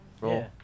Roll